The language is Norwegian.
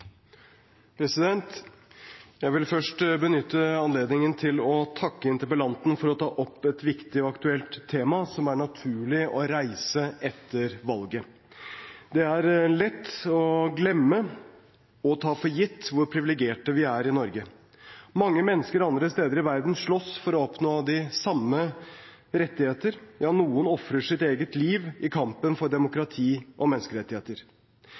Jeg vil først benytte anledningen til å takke interpellanten for å ta opp et viktig og aktuelt tema, som det er naturlig å reise etter valget. Det er lett å glemme og ta for gitt hvor privilegerte vi er i Norge. Mange mennesker andre steder i verden slåss for å oppnå de samme rettighetene, ja noen ofrer sitt eget liv i kampen for demokrati og menneskerettigheter.